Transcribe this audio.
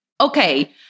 Okay